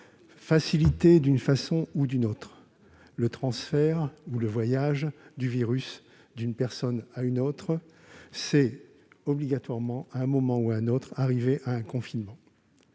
faciliter d'une façon ou d'une autre le transfert ou le voyage du virus d'une personne à une autre conduit obligatoirement, à un moment ou à un autre, à la mise en